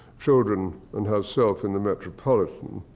children and herself in the metropolitan.